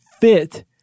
fit